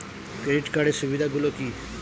Credit কার্ডের সুবিধা গুলো কি?